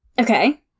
Okay